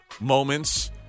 moments